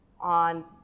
on